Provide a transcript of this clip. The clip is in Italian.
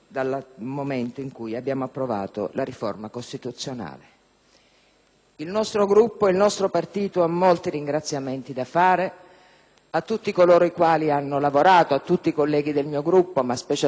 di intervenire. Il nostro partito ha molti ringraziamenti da fare a tutti coloro i quali hanno lavorato, a tutti i colleghi del mio Gruppo, ma specialmente lasciatemi ringraziare i componenti delle tre Commissioni che si sono impegnati,